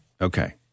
okay